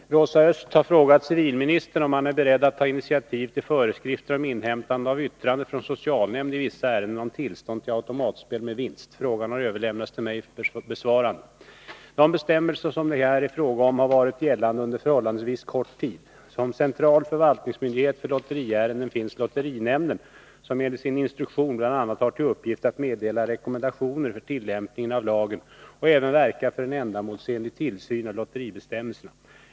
Herr talman! Rosa Östh har frågat civilministern om han är beredd att ta initiativ till föreskrifter om inhämtande av yttrande från socialnämnd i vissa ärenden om tillstånd till automatspel med vinst. Frågan har överlämnats till mig för besvarande. De bestämmelser som det här är fråga om har varit gällande under förhållandevis kort tid. Som central förvaltningsmyndighet för lotteriärenden finns lotterinämnden, som enligt sin instruktion bl.a. har till uppgift att meddela rekommendationer för tillämpningen av lagen och även verka för en ändamålsenlig tillsyn av lotteribestämmelserna.